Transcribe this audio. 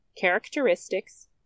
characteristics